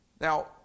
now